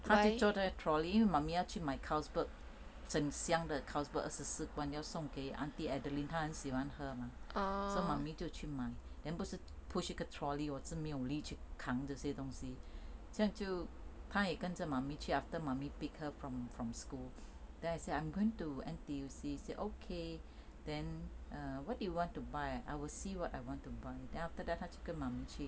她就坐在 trolley mummy 要去买 carlsberg 整箱的 carlsberg 二十四罐的 mummy 要送给 aunty adeline 她很喜欢喝 mah so mummy 就去买 then 不就是 push 一个 trolley 我是没有力抗这些东西这样就她也跟着 mummy 去 after mummy pickup her from from school then I say I'm going to N_T_U_C say okay then err what do you want to buy I will see what I want to buy then after that 她就跟 mummy 去